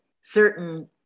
certain